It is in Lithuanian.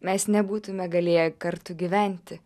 mes nebūtume galėję kartu gyventi